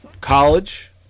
college